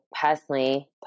personally